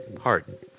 Heart